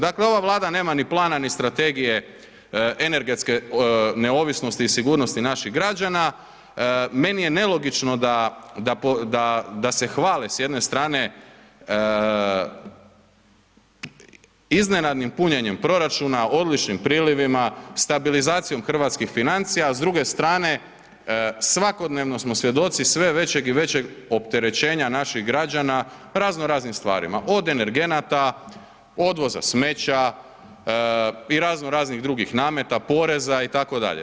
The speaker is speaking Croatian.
Dakle ova Vlada nema ni plana ni strategije energetske neovisnosti i sigurnosti naših građana, meni je nelogično da se hvale s jedne strane iznenadnim punjenjem proračuna, odličnim prilivima, stabilizacijom hrvatskih financija a s druge strane svakodnevno smo svjedoci sve većeg i većeg opterećenja naših građana raznoraznim stvarima, od energenata, odvoza smeća i raznoraznih drugih nameta, poreza itd.